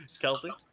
Kelsey